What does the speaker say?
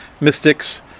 mystics